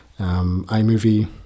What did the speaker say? iMovie